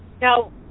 No